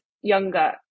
younger